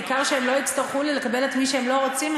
העיקר שהם לא יצטרכו לקבל את מי שהם לא רוצים?